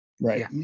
Right